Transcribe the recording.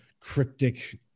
cryptic